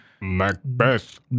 Macbeth